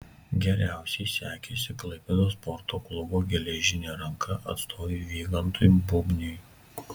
geriausiai sekėsi klaipėdos sporto klubo geležinė ranka atstovui vygantui bubniui